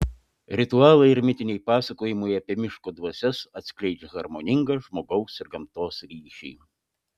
ritualai ir mitiniai pasakojimai apie miško dvasias atskleidžia harmoningą žmogaus ir gamtos ryšį